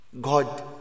God